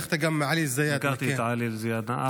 ראיתי שלקחת גם את עלי אלזיאדנה.